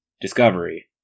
discovery